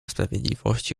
sprawiedliwości